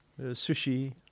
Sushi